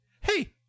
Hey